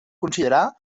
considerar